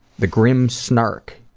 the grim snark,